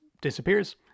disappears